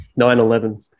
911